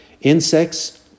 insects